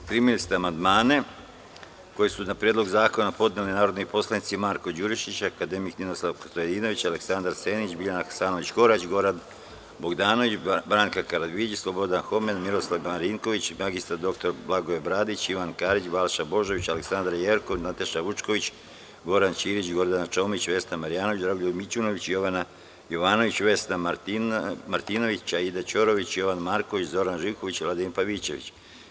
Primili ste amandmane koje su na Predlog zakona podneli narodni poslanici Marko Đurišić, akademik Ninoslav Stojadinović, Aleksandar Senić, Biljana Hasanović Korać, Goran Bogdanović, Branka Karavidić, Slobodan Homen, Miroslav Marinković, mr dr Blagoje Bradić, Ivan Karić, Balša Božović, Aleksandra Jerkov, Nataša Vučković, Goran Ćirić, Gordana Čomić, Vesna Marjanović, Dragoljub Mićunović, Jovana Jovanović, Vesna Martinović, Aida Ćorović, Jovan Marković, Zoran Živković i Vladimir Pavićević.